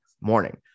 morning